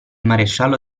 maresciallo